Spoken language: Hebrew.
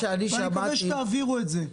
אני מקווה שתעבירו את זה למנהלים שלכם.